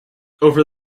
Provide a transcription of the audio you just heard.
over